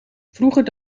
vroeger